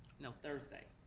no, thursday.